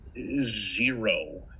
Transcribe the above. zero